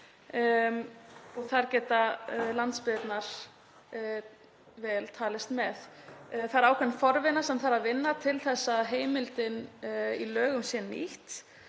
Þar geta landsbyggðirnar vel talist með. Það er ákveðin forvinna sem þarf að vinna til að heimildin í lögunum sé nýtt